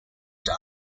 die